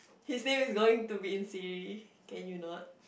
his name is going to be in Siri can you not